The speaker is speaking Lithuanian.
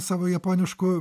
savo japoniškų